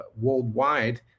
worldwide